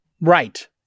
Right